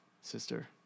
sister